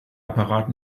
apparat